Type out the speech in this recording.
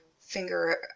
Finger